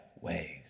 ways